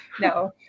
No